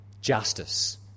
justice